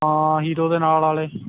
ਹਾਂ ਹੀਰੋ ਦੇ ਨਾਲ ਵਾਲੇ